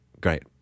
Great